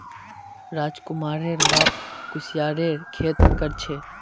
राजकुमारेर बाप कुस्यारेर खेती कर छे